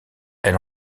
elle